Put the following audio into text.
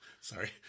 Sorry